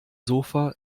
sofa